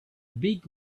big